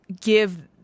give